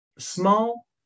small